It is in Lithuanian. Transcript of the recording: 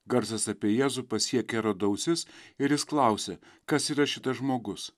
garsas apie jėzų pasiekė erodo ausis ir jis klausė kas yra šitas žmogus